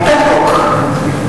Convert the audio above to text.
רבותי,